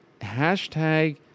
hashtag